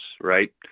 right